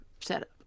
setup